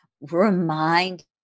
remind